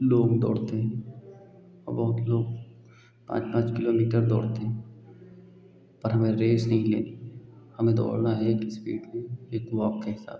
लोग दौड़ते हैं औ बहुत लोग पाँच पाँच किलोमीटर दौड़ते हैं पर हमें रेस नहीं लेनी है हमें दौड़ना है एक इस्पीड में एक वॉक के हिसाब से